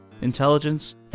intelligence